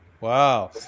Wow